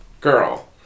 Girl